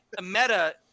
Meta